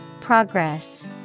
Progress